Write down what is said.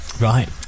Right